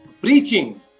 preaching